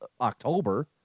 October